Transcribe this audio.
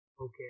Okay